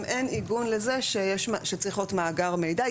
גם אין עיגון לזה שצריך להיות מאגר מידע.